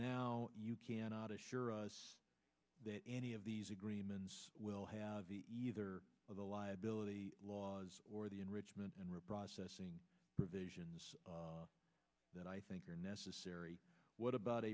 now you cannot assure us that any of these agreements will have either of the liability laws or the enrichment and reprocessing provisions that i think are necessary what about